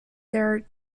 their